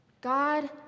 God